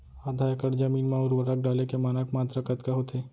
आधा एकड़ जमीन मा उर्वरक डाले के मानक मात्रा कतका होथे?